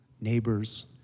Neighbors